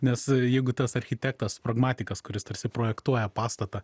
nes jeigu tas architektas pragmatikas kuris tarsi projektuoja pastatą